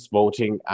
voting